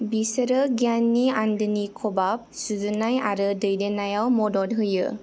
बिसोरो गियाननि आन्दोनि खबाम सुजुनाय आरो दैदेननायाव मदद होयो